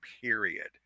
period